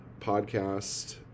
podcast